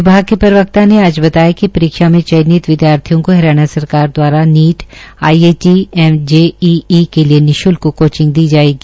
विभाग के एक प्रवक्ता ने आज बताया कि परीक्षा में चयनित विद्यार्थियों को हरियाणा सरकार द्वारा नीट आईआईटी एवं जेईई के लिए निशुल्क कोचिंग दी जाएगी